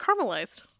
caramelized